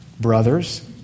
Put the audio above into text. brothers